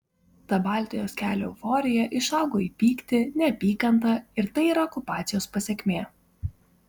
ta baltijos kelio euforija išaugo į pyktį neapykantą ir tai yra okupacijos pasekmė